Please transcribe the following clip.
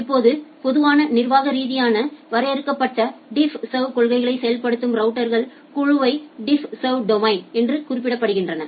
இப்போது பொதுவான நிர்வாக ரீதியாக வரையறுக்கப்பட்ட டிஃப்ஸர்வ் கொள்கைகளை செயல்படுத்தும் ரவுட்டர்களின் குழுவை டிஃப்ஸர்வ் டொமைன் என்று குறிப்பிடப்படுகின்றன